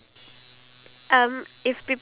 oh ya (uh huh)